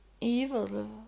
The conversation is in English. evil